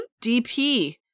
DP